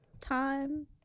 time